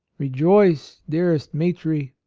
rejoice, dearest mitri,